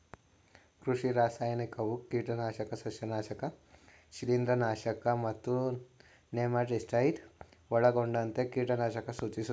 ಕೃಷಿ ರಾಸಾಯನಿಕವು ಕೀಟನಾಶಕ ಸಸ್ಯನಾಶಕ ಶಿಲೀಂಧ್ರನಾಶಕ ಮತ್ತು ನೆಮಟಿಸೈಡ್ ಒಳಗೊಂಡಂತೆ ಕೀಟನಾಶಕ ಸೂಚಿಸ್ತದೆ